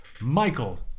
Michael